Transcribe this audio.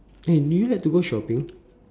!hey! do you like to go shopping